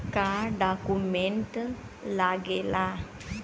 का डॉक्यूमेंट लागेला?